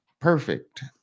perfect